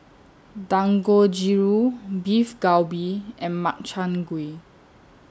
Dangojiru Beef Galbi and Makchang Gui